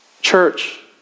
Church